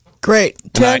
Great